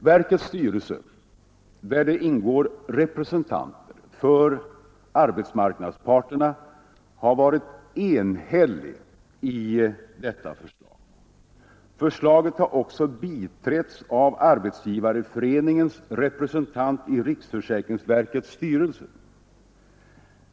Verkets styrelse, där det ingår representanter för arbetsmarknadsparterna, har varit enhällig i detta förslag. Förslaget har också biträtts av Arbetsgivareföreningens representant i riksförsäkringsverkets styrelse.